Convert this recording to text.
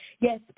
Yes